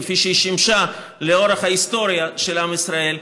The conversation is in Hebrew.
כפי שהיא שימשה לאורך ההיסטוריה של עם ישראל,